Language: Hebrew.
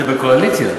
אתם בקואליציה.